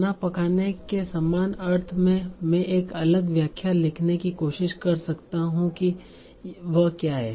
खाना पकाने के समान अर्थ में मैं एक अलग व्याख्या लिखने की कोशिश कर सकता हूं कि वह क्या है